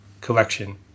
collection